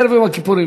ערב יום הכיפורים,